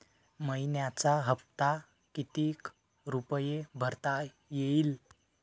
मइन्याचा हप्ता कितीक रुपये भरता येईल?